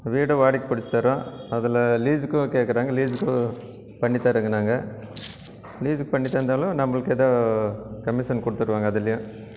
வீடு வாடைகைக்கு பிடிச்சி தரோம் அதில் லீஸ்க்கும் கேட்குறாங்க லீஸ்க்கு பண்ணித்தறோங்க நாங்கள் லீஸ்க்கு பண்ணி தந்தாலும் நம்மளுக்கு ஏதோ கமிஷன் கொடுத்துடுவாங்க அதுலேயும்